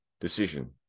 decision